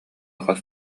хас